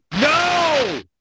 No